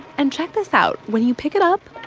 and check this out. when you pick it up.